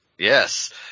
Yes